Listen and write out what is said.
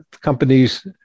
companies –